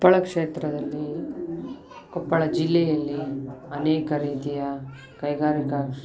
ಕೊಪ್ಪಳ ಕ್ಷೇತ್ರದಲ್ಲಿ ಕೊಪ್ಪಳ ಜಿಲ್ಲೆಯಲ್ಲಿ ಅನೇಕ ರೀತಿಯ ಕೈಗಾರಿಕ